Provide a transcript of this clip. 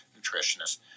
nutritionist